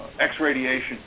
x-radiation